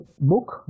book